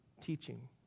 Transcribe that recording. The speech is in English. teaching